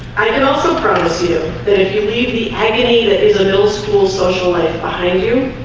i can also promise you that if you leave the agony that is a middle school social life behind you